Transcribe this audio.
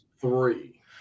three